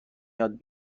یاد